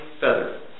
Feather